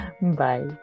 bye